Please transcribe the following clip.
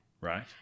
Right